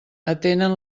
atenen